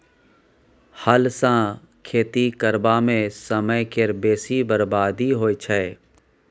हल सँ खेती करबा मे समय केर बेसी बरबादी होइ छै